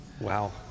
Wow